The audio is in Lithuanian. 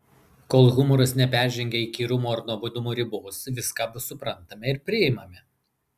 kol humoras neperžengia įkyrumo ar nuobodumo ribos viską abu suprantame ir priimame